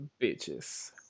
bitches